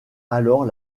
alors